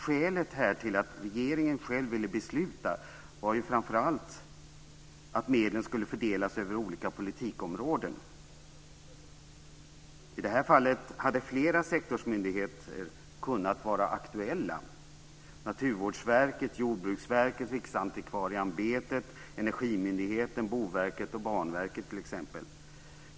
Skälet till att regeringen själv ville fatta beslut var att medlen skulle fördelas över olika politikområden. I det här fallet hade flera sektorsmyndigheter kunnat vara aktuella. Det gäller t.ex. Naturvårdsverket, Jordbruksverket, Riksantikvarieämbetet, Energimyndigheten, Boverket och Banverket.